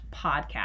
podcast